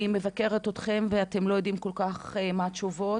מבקרת אתכם ואתם לא יודעים כל כך מה התשובות,